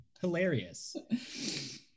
hilarious